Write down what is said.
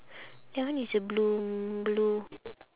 that one is a blue blue